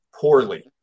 poorly